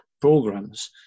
programs